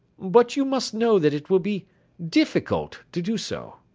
but you must know that it will be difficult to do so.